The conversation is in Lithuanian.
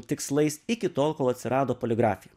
tikslais iki tol kol atsirado poligrafija